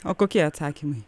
o kokie atsakymai